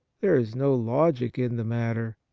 there is no logic in the matter,